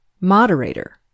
Moderator